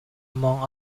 among